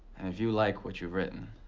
and if you like what you've written